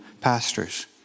pastors